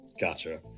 gotcha